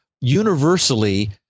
universally